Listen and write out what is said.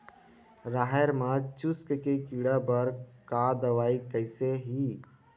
राहेर म चुस्क के कीड़ा बर का दवाई कइसे ही?